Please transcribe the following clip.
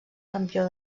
campió